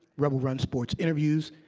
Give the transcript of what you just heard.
rebel run sports interviews,